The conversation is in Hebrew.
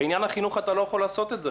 בעניין החינוך אתה לא יכול לעשות את זה.